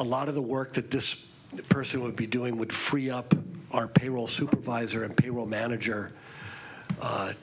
a lot of the work that this person would be doing would free up our payroll supervisor and payroll manager